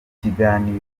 kiganiro